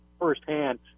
firsthand